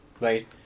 right